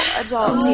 adult